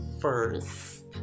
first